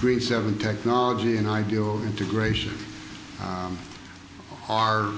green seven technology an ideal integration of our